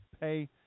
pay